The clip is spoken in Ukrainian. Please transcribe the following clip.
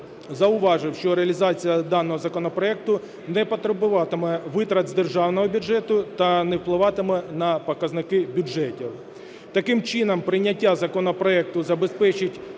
зауважив, що реалізація даного законопроекту не потребуватиме витрат з державного бюджету та не впливатиме на показники бюджетів. Таким чином, прийняття законопроекту забезпечить